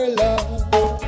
love